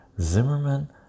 Zimmerman